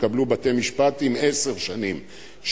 תקבלו בתי-משפט עם עשר שנים,